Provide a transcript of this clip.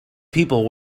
people